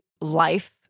life